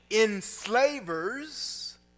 enslavers